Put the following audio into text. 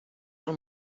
del